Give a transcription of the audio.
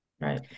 Right